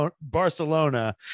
Barcelona